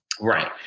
Right